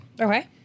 Okay